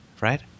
right